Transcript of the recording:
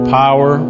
power